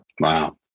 Wow